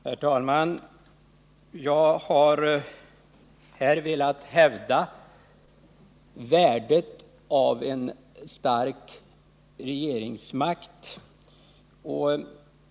Herr talman! Jag har här velat hävda värdet av en stark regeringsmakt.